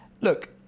look